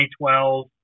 2012